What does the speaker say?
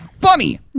funny